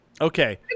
Okay